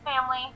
family